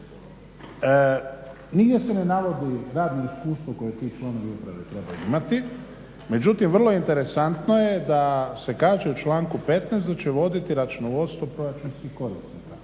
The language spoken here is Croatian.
nigdje se ne navodi radno iskustvo koje ti članovi uprave trebaju imati. Međutim, vrlo interesantno je da se kaže u članku 15. da će voditi računovodstvo proračunskih korisnika.